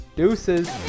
Deuces